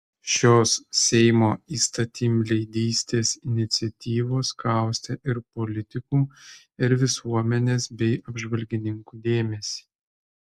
šios seimo įstatymleidystės iniciatyvos kaustė ir politikų ir visuomenės bei apžvalgininkų dėmesį